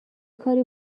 کاری